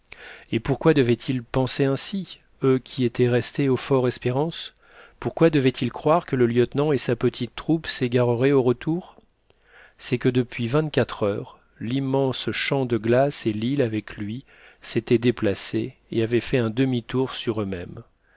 et pourquoi devaient-ils penser ainsi eux qui étaient restés au fort espérance pourquoi devaient-ils croire que le lieutenant et sa petite troupe s'égarerait au retour c'est que depuis vingt-quatre heures l'immense champ de glace et l'île avec lui s'étaient déplacés et avaient fait un demi-tour sur eux-mêmes